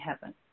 heaven